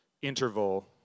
Interval